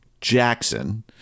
Jackson